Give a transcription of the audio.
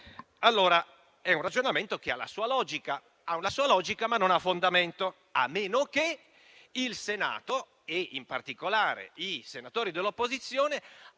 È un ragionamento che ha una sua logica, ma non ha fondamento, a meno che il Senato, in particolare i senatori dell'opposizione, abbiano